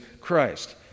Christ